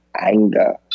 anger